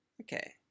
Okay